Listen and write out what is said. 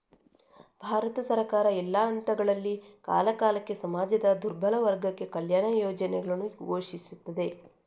ಭಾರತ ಸರ್ಕಾರ, ಎಲ್ಲಾ ಹಂತಗಳಲ್ಲಿ, ಕಾಲಕಾಲಕ್ಕೆ ಸಮಾಜದ ದುರ್ಬಲ ವರ್ಗಕ್ಕೆ ಕಲ್ಯಾಣ ಯೋಜನೆಗಳನ್ನು ಘೋಷಿಸುತ್ತದೆ